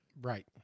Right